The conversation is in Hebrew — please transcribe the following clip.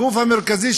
הגוף המרכזי,